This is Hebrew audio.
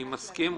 אני מסכים,